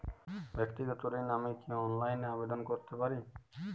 ব্যাক্তিগত ঋণ আমি কি অনলাইন এ আবেদন করতে পারি?